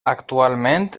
actualment